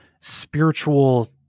spiritual